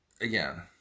again